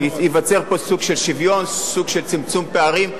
ייווצר פה סוג של שוויון, סוג של צמצום פערים.